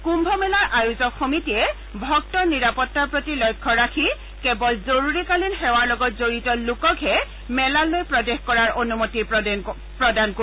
কুম্ভমেলাৰ আয়োজক সমিতিয়ে ভক্তৰ নিৰাপত্তাৰ প্ৰতি লক্ষ্য ৰাখি কেৱল জৰুৰীকালীন সেৱাৰ লগত জড়িত লোককহে মেলালৈ প্ৰদেশ কৰাৰ অনুমতি প্ৰদান কৰিব